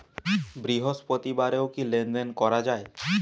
বৃহস্পতিবারেও কি লেনদেন করা যায়?